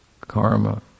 karma